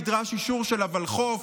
נדרש אישור של הוול"חוף,